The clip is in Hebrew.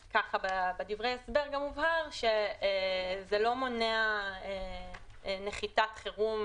ובדברי ההסבר גם מובהר שזה לא מונע נחיתת חירום